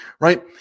right